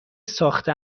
ساخته